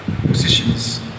positions